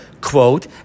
quote